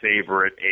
favorite